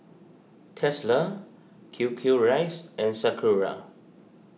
Tesla Q Q Rice and Sakura